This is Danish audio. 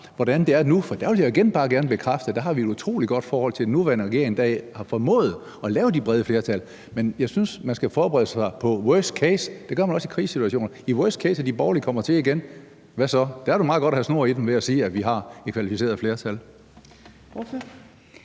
hvordan det er nu, for der vil jeg igen bare gerne bekræfte, at vi har et utrolig godt forhold til den nuværende regering, der har formået at lave de brede flertal. Men jeg synes, at man skal forberede sig på worst case – det gør man også i krigssituationer – og at de borgerlige kommer til igen, for hvad så? Der er det meget godt at have snor i dem ved at sige, at vi har et kvalificeret flertal.